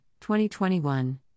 2021